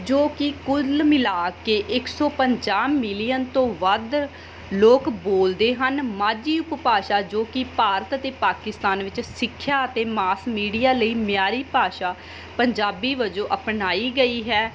ਜੋ ਕਿ ਕੁੱਲ ਮਿਲਾ ਕੇ ਇਕ ਸੌ ਪੰਜਾਹ ਮਿਲੀਅਨ ਤੋਂ ਵੱਧ ਲੋਕ ਬੋਲਦੇ ਹਨ ਮਾਝੀ ਉਪਭਾਸ਼ਾ ਜੋ ਕਿ ਭਾਰਤ ਅਤੇ ਪਾਕਿਸਤਾਨ ਵਿੱਚ ਸਿੱਖਿਆ ਅਤੇ ਮਾਸ ਮੀਡੀਆ ਲਈ ਮਿਆਰੀ ਭਾਸ਼ਾ ਪੰਜਾਬੀ ਵਜੋਂ ਅਪਣਾਈ ਗਈ ਹੈ